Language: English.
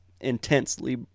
intensely